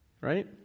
Right